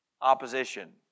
opposition